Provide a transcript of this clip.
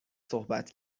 صحبت